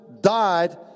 died